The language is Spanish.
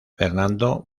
fernando